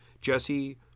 Jesse